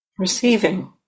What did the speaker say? Receiving